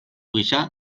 gisa